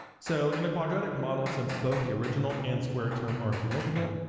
so, in the quadratic model since both the original and squared term are significant,